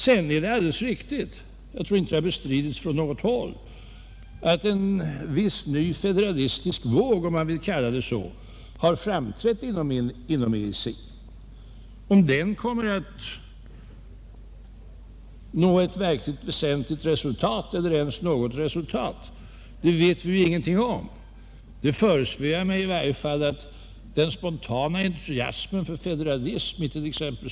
Sedan är det alldeles riktigt — jag tror inte att det bestrides från något håll — att en viss ny federalistisk våg, om man vill kalla det så, framträtt inom EEC. Om den kommer att nå ett verkligt väsentligt resultat eller ens något resultat alls vet vi ingenting om. Det förespeglar mig i varje fall att den spontana entusiasmen för federalismen it. cx.